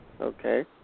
okay